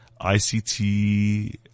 ICT